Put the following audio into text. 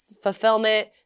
fulfillment